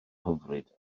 hyfryd